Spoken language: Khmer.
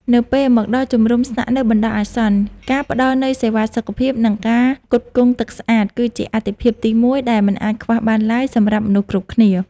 នៅពេលមកដល់ជំរំស្នាក់នៅបណ្តោះអាសន្ន ការផ្តល់នូវសេវាសុខភាព និងការផ្គត់ផ្គង់ទឹកស្អាត គឺជាអាទិភាពទីមួយដែលមិនអាចខ្វះបានឡើយសម្រាប់មនុស្សគ្រប់គ្នា។